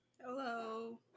Hello